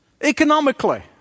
economically